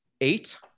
eight